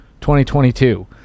2022